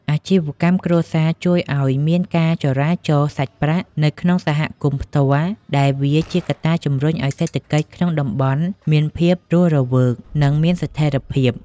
អាជីវកម្មគ្រួសារជួយឱ្យមានការចរាចរណ៍សាច់ប្រាក់នៅក្នុងសហគមន៍ផ្ទាល់ ដែលវាជាកត្តាជំរុញឱ្យសេដ្ឋកិច្ចក្នុងតំបន់មានភាពរស់រវើក និងមានស្ថិរភាព។